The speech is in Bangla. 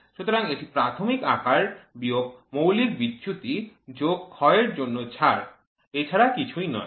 সুতরাং এটি প্রাথমিক আকার বিয়োগ মৌলিক বিচ্যুতি যোগ ক্ষয়ের জন্য ছাড় এছাড়া কিছুই নয়